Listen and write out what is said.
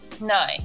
No